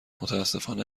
متأسفانه